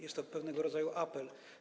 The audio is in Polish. Jest to pewnego rodzaju apel.